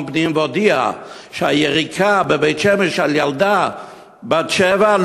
פנים והודיע שהיריקה בבית-שמש על ילדה בת שבע,